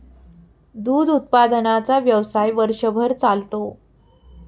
दूध उत्पादनाचा व्यवसाय वर्षभर चालतो